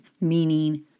meaning